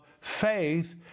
faith